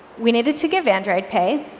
we needed to give android pay